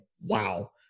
Wow